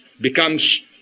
becomes